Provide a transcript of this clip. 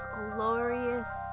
glorious